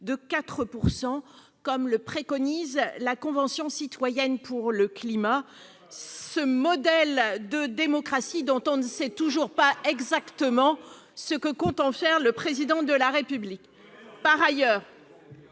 comme le préconise la Convention citoyenne pour le climat, ce modèle de démocratie dont on ne sait toujours pas exactement ce que compte faire le Président de la République. Par ailleurs,